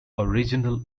original